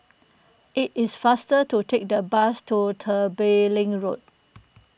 it is faster to take the bus to Tembeling Road